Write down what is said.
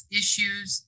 issues